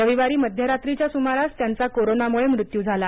रविवारी मध्यरात्रीच्या सुमारास त्यांचा कोरोनामुळे मृत्यु झाला